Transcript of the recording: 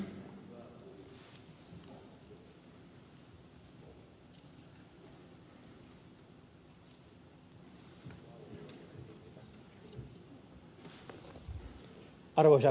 arvoisa puhemies